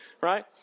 right